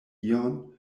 ion